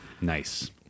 Nice